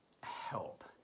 help